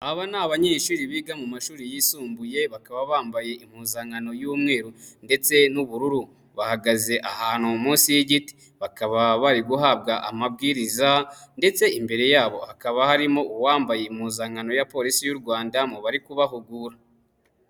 Aba ni abanyeshuri biga mu mashuri yisumbuye bakaba bambaye impuzankano y'umweru ndetse n'ubururu bahagaze ahantu munsi y'igiti bakaba bari guhabwa amabwiriza ndetse imbere yabo hakaba harimo uwambaye impuzankano ya Polisi y'u Rwanda mu bari kubahugura.